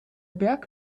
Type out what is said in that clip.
berg